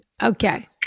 Okay